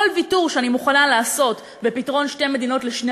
כל ויתור שאני מוכנה לעשות בפתרון שתי מדינות לשני